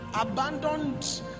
abandoned